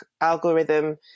algorithm